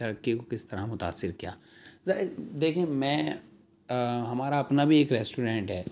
ترقی کو کس طرح مثأثر کیا ظاہر دیکھیں میں ہمارا اپنا بھی ایک ریسٹورینٹ ہے